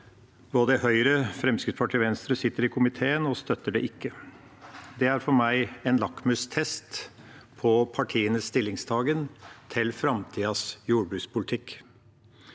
Både Høyre, Fremskrittspartiet og Venstre sitter i komiteen og støtter det ikke. Det er for meg en lakmustest på partienes stillingtaken til framtidas jordbrukspolitikk.